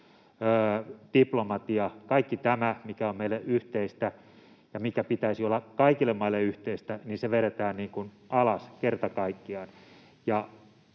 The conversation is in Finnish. diplomatia, kaikki tämä, mikä on meille yhteistä ja mikä pitäisi olla kaikille maille yhteistä, vedetään alas kerta kaikkiaan.